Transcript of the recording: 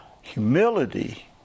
Humility